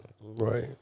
Right